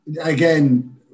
again